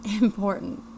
important